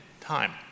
time